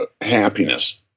happiness